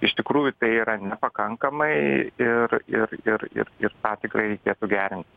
iš tikrųjų tai yra nepakankamai ir ir ir ir ir tą tikrai reikėtų gerinti